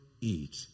eat